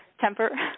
temper